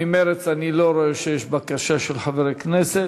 ממרצ אני לא רואה שיש בקשה של חברי כנסת.